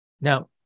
Now